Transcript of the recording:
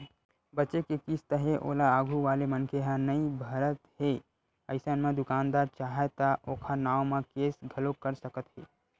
बचें के किस्त हे ओला आघू वाले मनखे ह नइ भरत हे अइसन म दुकानदार चाहय त ओखर नांव म केस घलोक कर सकत हे